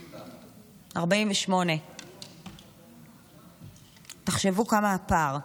31. 48. תחשבו כמה הפער.